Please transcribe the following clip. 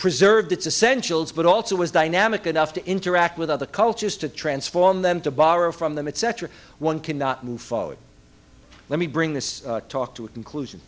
preserved its essential but also was dynamic enough to interact with other cultures to transform them to borrow from the mid century one cannot move forward let me bring this talk to a conclusion